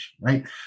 right